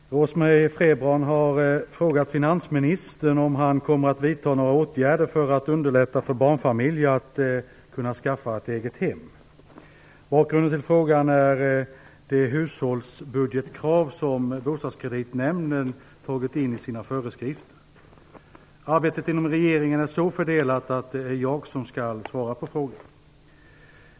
Fru talman! Rose-Marie Frebran har frågat finansministern om han kommer att vidta några åtgärder för att underlätta för barnfamiljer att skaffa egna hem. Bakgrunden till frågan är de hushållsbudgetkrav som Bostadskreditnämnden tagit in i sina föreskrifter. Arbetet inom regeringen är så fördelat att det är jag som skall svara på frågan.